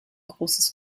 großes